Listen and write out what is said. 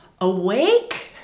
awake